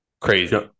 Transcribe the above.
Crazy